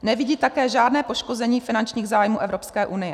Nevidí také žádné poškození finančních zájmů Evropské unie.